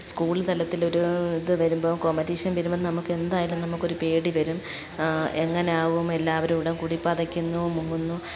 school തലത്തിൽ ഒരു ഇത് വരുമ്പം കോമ്പറ്റീഷൻ വരുമ്പം നമുക്ക് എന്തായാലും നമുക്കൊരു പേടി വരും എങ്ങനെയാവും എല്ലാവരുടെ കൂടി പതയ്ക്കുന്നു മുങ്ങുന്നു